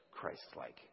Christ-like